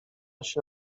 się